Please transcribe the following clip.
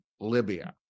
Libya